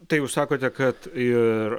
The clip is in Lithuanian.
tai jūs sakote kad ir